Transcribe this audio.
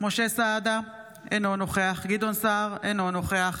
משה סעדה, אינו נוכח גדעון סער, אינו נוכח